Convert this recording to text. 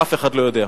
אף אחד לא יודע.